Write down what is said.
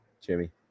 Jimmy